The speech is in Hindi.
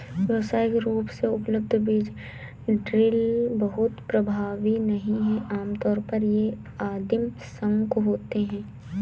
व्यावसायिक रूप से उपलब्ध बीज ड्रिल बहुत प्रभावी नहीं हैं आमतौर पर ये आदिम शंकु होते हैं